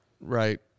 Right